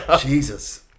Jesus